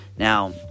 Now